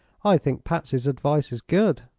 i think patsy's advice is good.